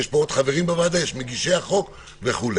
יש פה עוד חברים בוועדה, יש את מגישי החוק וכו'.